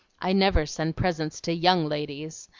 i never send presents to young ladies,